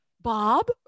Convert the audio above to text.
Bob